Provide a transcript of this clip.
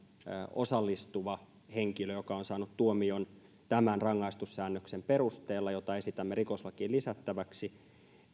osallistuvan henkilön kohdalla joka on saanut tuomion tämän rangaistussäännöksen perusteella jota esitämme rikoslakiin lisättäväksi